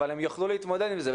אבל הם יוכלו להתמודד עם זה.